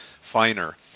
finer